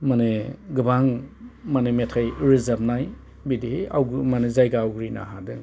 माने गोबां माने मेथाइ रोजाबनाय बिदिहै जायगा आवग्रिनो हादों